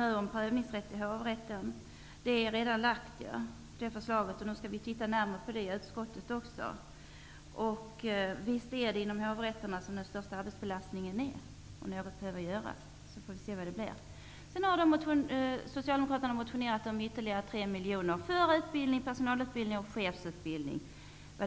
Här har också nämnts att det redan har framlagts förslag om fullföljdsbegränsning till hovrätterna. Vi skall i utskottet se närmare på detta förslag. Det är inom hovrätterna som den största arbetsbelastningen finns. Något bör göras -- vi får se vad det blir. Socialdemokraterna har motionerat om ytterligare 3 miljoner kronor till personalutbildning och chefsutveckling